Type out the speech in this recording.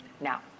now